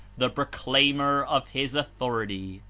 the proclaimer of his authority!